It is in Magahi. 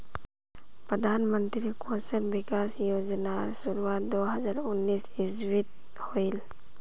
प्रधानमंत्री कौशल विकाश योज्नार शुरुआत दो हज़ार उन्नीस इस्वित होहिल